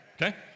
Okay